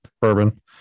bourbon